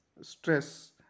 stress